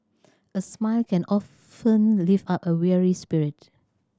a smile can often lift up a weary spirit